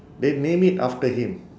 they named it after him